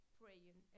praying